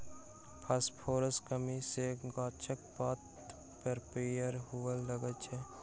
फासफोरसक कमी सॅ गाछक पात सभ पीयर हुअ लगैत छै